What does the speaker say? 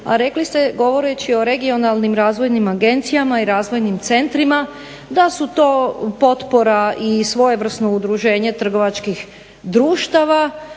a rekli ste govoreći o regionalnim razvojnim agencijama i razvojnim centrima da su to potpora i svojevrsno udruženje trgovačkih društava